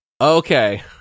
Okay